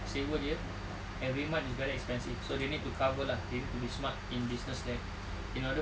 sewa dia every month is very expensive so they need to cover lah they need to be smart in business there in order